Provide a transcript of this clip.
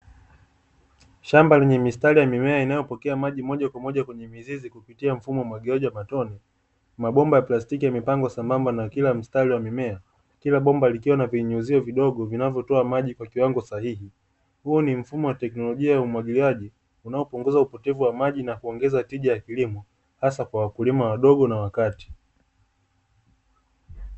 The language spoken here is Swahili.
Shamba lenye mistari ya mimea inayopokea maji moja kwa moja kwenye mizizi kupitia mfumo umwagiliaji wa matone, mabomba ya plastiki yamepangwa sambamba na kila mstari wa mimea kila bomba likiwa na vinyunyuzio vidogo vinavyotoa maji kwa kiwango sahihi. Huu ni mfumo wa teknolojia ya umwagiliaji unaopunguza upotevu wa maji na kuongeza tija ya kilimo hasa kwa wakulima wadogo na wakati.